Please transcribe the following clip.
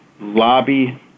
lobby